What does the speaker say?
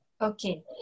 Okay